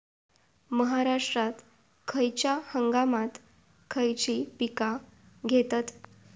महाराष्ट्रात खयच्या हंगामांत खयची पीका घेतत?